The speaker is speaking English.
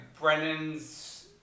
Brennan's